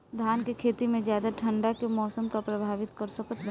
धान के खेती में ज्यादा ठंडा के मौसम का प्रभावित कर सकता बा?